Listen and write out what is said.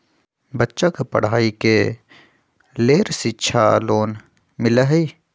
बच्चा के पढ़ाई के लेर शिक्षा लोन मिलहई?